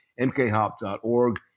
mkhop.org